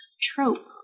trope